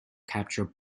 capture